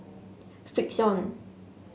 Frixion